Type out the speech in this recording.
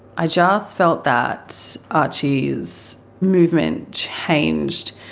i just felt that archie's movement changed.